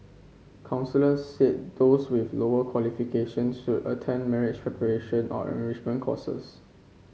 counsellors said those with lower qualifications should attend marriage preparation or enrichment courses